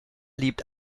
liebt